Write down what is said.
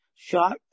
shot